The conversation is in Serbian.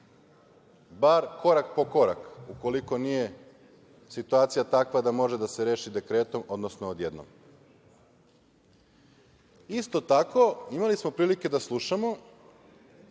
bar korak po korak ukoliko nije situacija takva da može da se reši dekretom, odnosno odjednom. Isto tako, imali smo prilike da slušamo